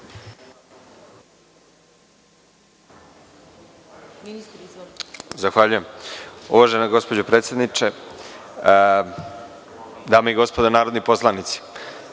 Zahvaljujem, uvažena gospođo predsednice, dame i gospodo narodni poslanici,